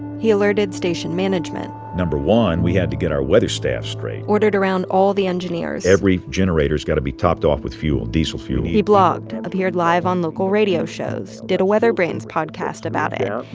he alerted station management number one, we had to get our weather staff straight ordered around all the engineers every generator's got to be topped off with fuel diesel fuel he blogged, appeared live on local radio shows, did a weatherbrains podcast about it.